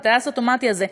הטייס האוטומטי הזה,